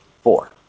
Four